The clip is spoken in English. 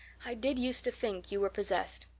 i did use to think you were possessed.